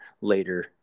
later